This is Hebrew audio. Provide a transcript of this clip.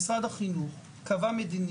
אבל משרד החינוך קבע מדיניות,